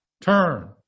turn